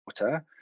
water